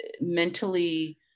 mentally